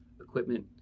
Equipment